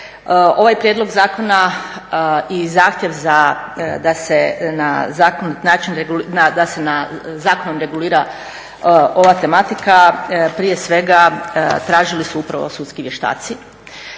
Ovaj prijedlog zakona i zahtjev da se zakonom regulira ova tematika prije svega tražili su upravo sudski vještaci.